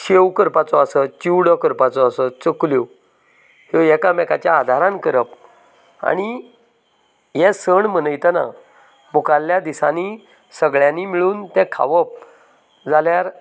शेव करपाचो आसत चिवडो करपाचो आसत चकल्यो ह्यो एकामेकाच्या आदारान करप आनी हें सण मनयतना मुखाल्ल्या दिसांनी सगळ्यांनी मिळून तें खावप जाल्यार